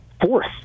fourth